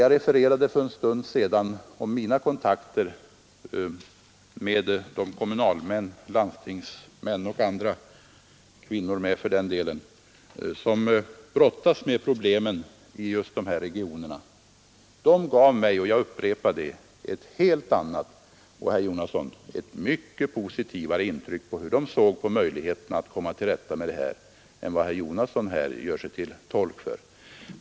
Jag refererade för en stund sedan mina kontakter med de kommunalmän, landstingsmän och andra — kvinnor med för den delen — som brottas med problemen i dessa regioner. De gav mig — jag upprepar det — ett helt annat och mycket positivare intryck av sin syn på möjligheterna att komma till rätta med dessa problem än herr Jonasson här försöker göra sig till tolk för.